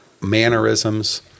mannerisms